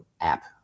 app